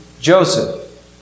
Joseph